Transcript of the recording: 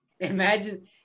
Imagine –